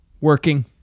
working